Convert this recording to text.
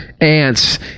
ants